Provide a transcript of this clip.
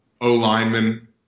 O-Lineman